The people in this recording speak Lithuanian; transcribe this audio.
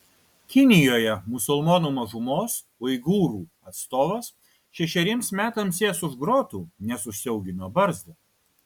kinijoje musulmonų mažumos uigūrų atstovas šešeriems metams sės už grotų nes užsiaugino barzdą